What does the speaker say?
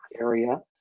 area